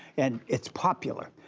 and it's popular.